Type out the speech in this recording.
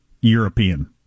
European